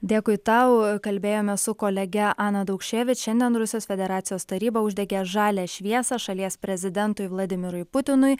dėkui tau jau kalbėjome su kolege ana daukševič šiandien rusijos federacijos taryba uždegė žalią šviesą šalies prezidentui vladimirui putinui